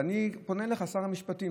ואני פונה אליך, שר המשפטים.